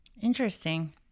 Interesting